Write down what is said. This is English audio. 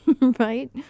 right